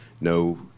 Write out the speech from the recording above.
no